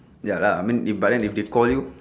ya lah I mean it but then if they call you